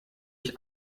ich